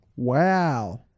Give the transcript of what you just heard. Wow